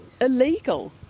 illegal